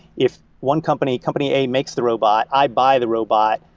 if one company, company a makes the robot, i buy the robot,